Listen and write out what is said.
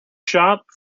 shop